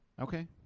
Okay